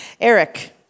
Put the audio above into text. Eric